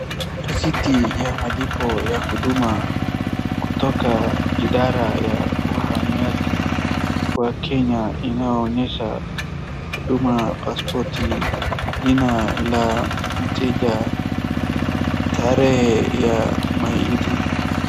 Risiti ya malipo ya huduma kutoka idara ya uamiaji wa kenya inayoonyesha huduma ya pasipoti, jina la mteja tarehe ya malipo.